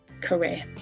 career